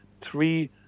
three